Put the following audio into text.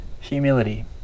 Humility